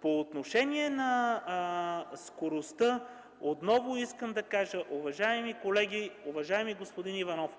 По отношение на скоростта отново искам да кажа, уважаеми колеги, уважаеми господин Иванов,